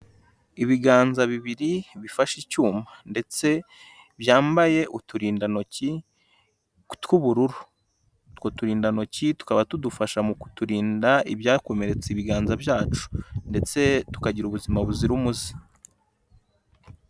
Ibiganza bibiri bifashe icyuma ndetse byambaye uturindantoki tw'ubururu, utwo turindantoki tukaba tudufasha mu kuturinda ibyakomeretsa ibiganza byacu ndetse tukagira ubuzima buzira umuze.